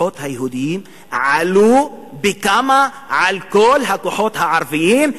הכוחות היהודיים עלו פי כמה על כל הכוחות הערביים,